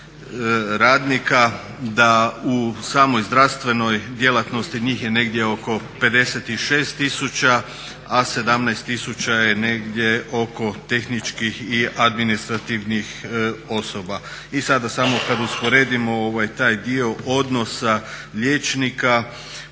radnika, da u samoj zdravstvenoj djelatnosti njih je negdje oko 56 tisuća, a 17 tisuća je negdje tehničkih i administrativnih osoba. I sada samo kad usporedimo taj dio odnosa liječnika